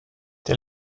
der